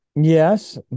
yes